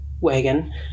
wagon